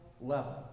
level